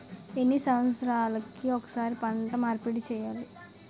ఎన్ని సంవత్సరాలకి ఒక్కసారి పంట మార్పిడి చేయాలి?